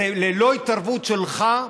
ללא התערבות שלך,